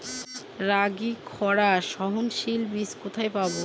রাগির খরা সহনশীল বীজ কোথায় পাবো?